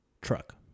truck